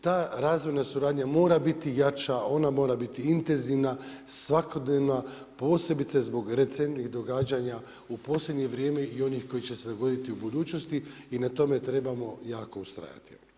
Ta razvojna suradnja mora biti jača, ona mora biti intenzivna, svakodnevna posebice zbog recentnih događanja u posljednje vrijeme i onih koji će se dogoditi u budućnosti i na tome trebamo jako ustrajati.